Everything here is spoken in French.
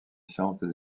sciences